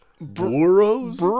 Burrows